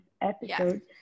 episode